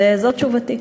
וזאת תשובתי.